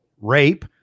rape